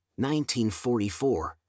1944